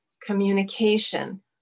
communication